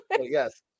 Yes